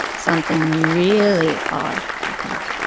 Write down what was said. something really odd happened